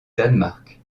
danemark